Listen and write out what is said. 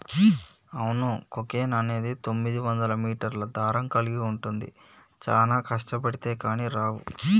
అవును కోకెన్ అనేది తొమ్మిదివందల మీటర్ల దారం కలిగి ఉంటుంది చానా కష్టబడితే కానీ రావు